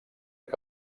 que